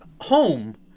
home